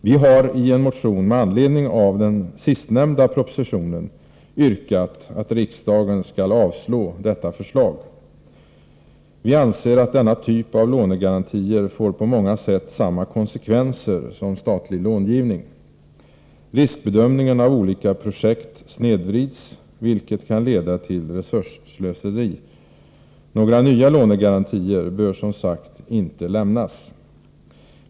Vi har i en motion med anledning av den sistnämnda propositionen yrkat att riksdagen skall avslå detta förslag. Vi anser att denna typ av lånegarantier på många sätt får samma konsekvenser som statlig långivning. Riskbedömningen av olika projekt snedvrids, vilket kan leda till resursslöseri. Några nya lånegarantier bör, som sagt, inte lämnas.